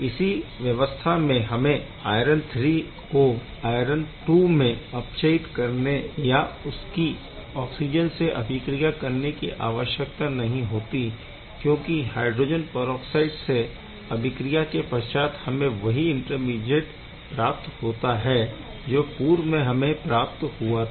इसी व्यवस्था में हमें आयरन III को आयरन II में अपचयित करने या इसकी ऑक्सिजन से अभिक्रिया करने की आवश्यकता नहीं होती क्योंकि हाइड्रोजन परऑक्साइड से अभिक्रिया के पश्चात हमें वही इंटरमीडीऐट प्राप्त होता है जो पूर्व में हमें प्राप्त हुआ था